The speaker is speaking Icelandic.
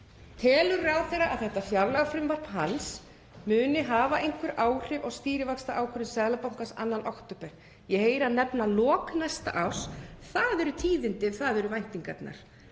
Telur ráðherra að þetta fjárlagafrumvarp hans muni hafa einhver áhrif á stýrivaxtaákvörðun Seðlabankans 2. október? Ég heyri hann nefna lok næsta árs. Það eru tíðindi ef það eru væntingarnar,